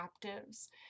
captives